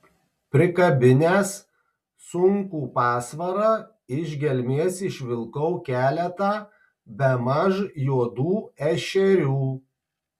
prikabinęs sunkų pasvarą iš gelmės išvilkau keletą bemaž juodų ešerių